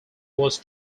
was